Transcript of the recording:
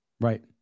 Right